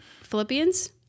Philippians